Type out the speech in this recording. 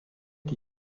qui